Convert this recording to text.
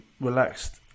relaxed